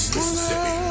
Mississippi